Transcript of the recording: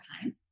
time